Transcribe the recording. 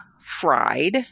fried